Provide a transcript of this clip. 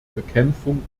bekämpfung